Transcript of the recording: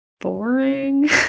boring